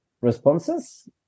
responses